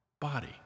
body